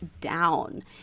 down